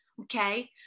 Okay